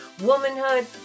womanhood